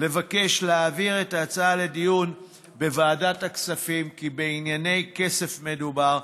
לבקש להעביר את ההצעה לדיון בוועדת הכספים כי בענייני כסף מדובר.